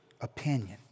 opinion